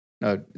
No